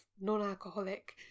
non-alcoholic